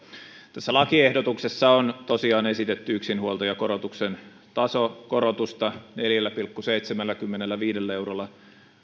tässä lakiehdotuksessa on tosiaan esitetty yksinhuoltajakorotuksen tasokorotusta neljällä pilkku seitsemälläkymmenelläviidellä eurolla